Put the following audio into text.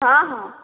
ହଁ ହଁ